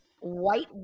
white